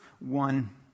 one